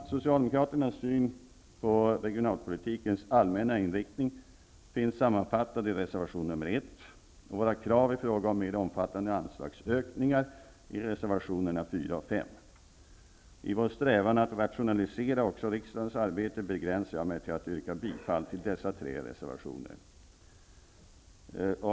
Socialdemokraternas syn på regionalpolitikens allmänna inriktning finns sammanfattad i reservation 1, och våra krav i fråga om mer omfattande anslagsökningar i reservationerna 4 och 5. I vår strävan att rationalisera också riksdagens arbete, begränsar jag mig till att yrka bifall till dessa tre reservationer.